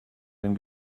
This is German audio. wenn